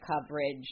coverage